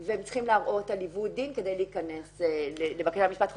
וצריכים להראות על עיוות דין כדי לבקש משפט חוזר.